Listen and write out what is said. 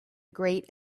great